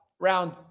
round